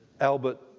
Albert